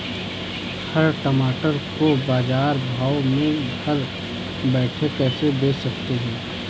हम टमाटर को बाजार भाव में घर बैठे कैसे बेच सकते हैं?